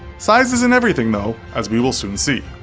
size isn't everything though, as we will soon see.